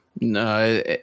No